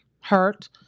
hurt